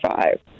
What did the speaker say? five